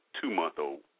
two-month-old